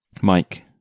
Mike